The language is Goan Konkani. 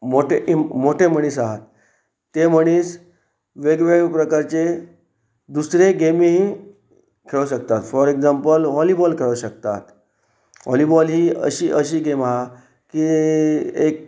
मोटे मोटे मनीस आसात ते मनीस वेगवेगळे प्रकारचे दुसरे गेमी खेळूं शकतात फॉर एग्जाम्पल वॉलीबॉल खेळूं शकतात व्हॉलीबॉल ही अशी अशी गेम आसा की एक